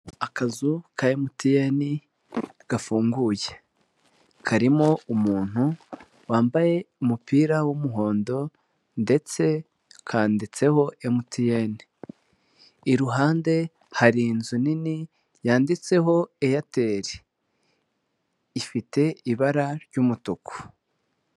Akazu ka emutiyeni gafunguye, karimo umuntu wambaye umupira w'umuhondo ndetse kanditseho emutiyeni, iruhande hari inzu nini yanditseho eyateri ifite ibara ry'umutuku.